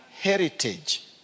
heritage